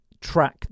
track